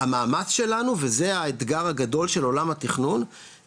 המאמץ שלנו וזה האתגר הגדול של עולם התכנון,